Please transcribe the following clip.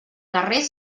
carrer